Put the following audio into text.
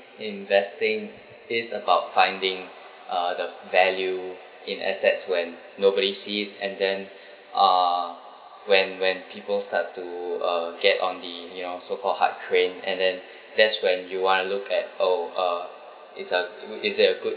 investing is about finding uh the value in assets when nobody see it and then uh when when people start to uh get on the you know so called hard train and then that's when you want to look at oh ah is there is that a good